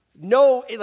no